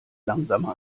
langsamer